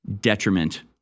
detriment